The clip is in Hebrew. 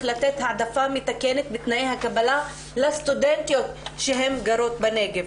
לתת העדפה מתקנת בתנאי הקבלה לסטודנטיות שגרות בנגב.